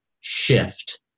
shift